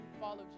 follow